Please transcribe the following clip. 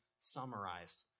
summarized